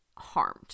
harmed